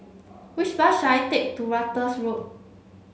which bus should I take to Ratus Road